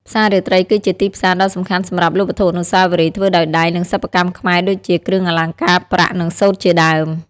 ផ្សាររាត្រីគឺជាទីផ្សារដ៏សំខាន់សម្រាប់លក់វត្ថុអនុស្សាវរីយ៍ធ្វើដោយដៃ និងសិប្បកម្មខ្មែរដូចជា គ្រឿងអលង្ការប្រាក់ និងសូត្រជាដើម។